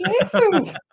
jasons